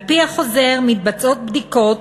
על-פי החוזר, מתבצעות בדיקות